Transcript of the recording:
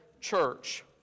church